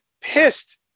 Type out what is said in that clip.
pissed